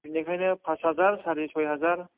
बेनिखायनो फास हाजार सारि सय हाजार